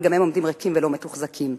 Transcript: אבל הם עומדים ריקים ולא מתוחזקים,